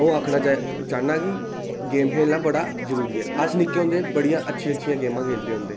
अंऊ आक्खना चाह्नां आं कि गेम खेल्लना जेह्का बड़ा जरूरी ऐ अस लोक केह् बड़ियां अच्छियां अच्छियां गेमां खेल्लदे होंदे हे